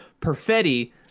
Perfetti